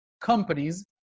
companies